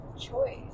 choice